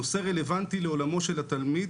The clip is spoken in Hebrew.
נושא רלוונטי לעולמו לשל התלמיד,